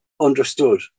understood